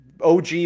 OG